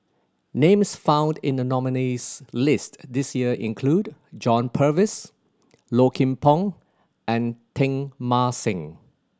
names found in the nominees' list this year include John Purvis Low Kim Pong and Teng Mah Seng